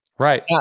Right